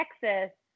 Texas